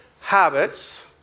habits